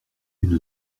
une